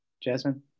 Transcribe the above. Jasmine